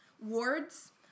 wards